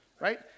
right